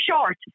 short